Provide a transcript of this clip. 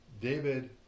David